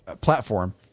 platform